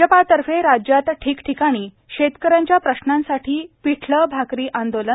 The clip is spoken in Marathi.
भाजपातर्फे राज्यात ठिकठिकाणी शेतकऱ्यांच्या प्रश्नांसाठी पिठले भाकरी आंदोलन